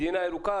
מדינה ירוקה,